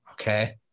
okay